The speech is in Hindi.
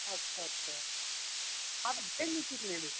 अच्छा अच्छा हाँ तो दिन कितने हैं